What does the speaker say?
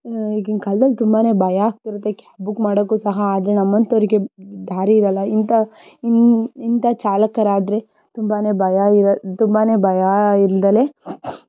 ಈಗಿನ ಕಾಲದಲ್ಲಿ ತುಂಬಾನೇ ಭಯ ಆಗ್ತಿರುತ್ತೆ ಕ್ಯಾಬ್ ಬುಕ್ ಮಾಡಕ್ಕೂ ಸಹ ಆದರೆ ನಮ್ಮಂಥೋರಿಗೆ ದಾರಿ ಇರಲ್ಲ ಇಂಥ ಇಂಥ ಚಾಲಕರಾದರೆ ತುಂಬಾನೇ ಭಯ ಇರ ತುಂಬಾನೇ ಭಯ ಇಲ್ಲದಲೇ